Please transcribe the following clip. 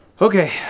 Okay